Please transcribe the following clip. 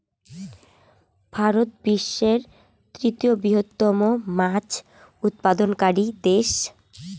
ভারত বিশ্বের তৃতীয় বৃহত্তম মাছ উৎপাদনকারী দেশ